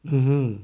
uh !huh!